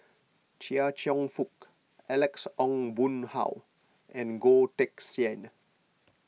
Chia Cheong Fook Alex Ong Boon Hau and Goh Teck Sian